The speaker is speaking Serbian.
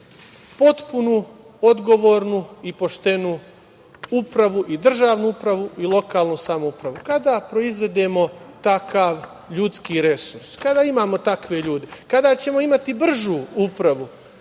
potpuno odgovornu i poštenu upravu, državnu upravu i lokalnu samoupravu? Kada proizvedemo takav ljudski resurs, kada imamo takve ljude. Kada ćemo imati bržu upravu?